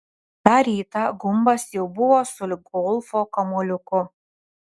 tą rytą gumbas jau buvo sulig golfo kamuoliuku